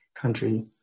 country